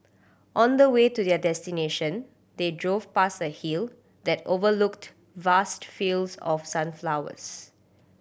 on the way to their destination they drove past a hill that overlooked vast fields of sunflowers